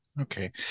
okay